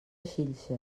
xilxes